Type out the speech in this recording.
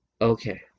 Okay